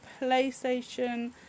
playstation